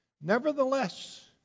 Nevertheless